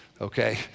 okay